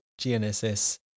GNSS